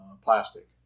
plastic